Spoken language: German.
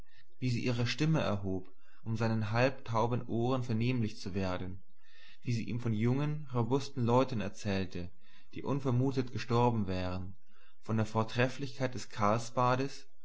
wie sie ihre stimme erhob um seinen halb tauben ohren vernehmlich zu werden wie sie ihm von jungen robusten leuten erzählte die unvermutet gestorben wären von der vortrefflichkeit des